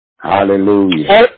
Hallelujah